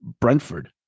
Brentford